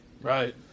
Right